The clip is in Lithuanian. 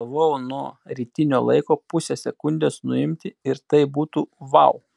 galvojau nuo rytinio laiko pusę sekundės nuimti ir tai būtų vau